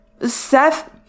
Seth